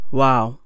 Wow